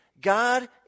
God